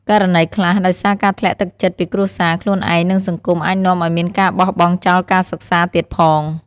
ករណីខ្លះ ដោយសារការធ្លាក់ទឹកចិត្តពីគ្រួសារ ខ្លួនឯង និងសង្គមអាចនាំឱ្យមានការបោះបង់ចោលការសិក្សាទៀតផង។